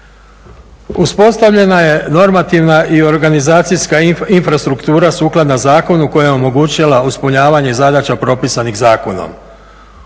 Uspostavljena je normativna i organizacijska infrastruktura sukladna zakonu koja je omogućila ispunjavanje zadaća propisanih zakonom.